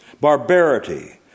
Barbarity